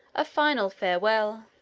a final farewell.